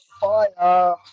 Fire